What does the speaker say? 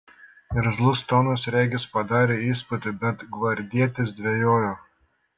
irzlus tonas regis padarė įspūdį bet gvardietis dvejojo